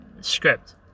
script